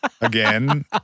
again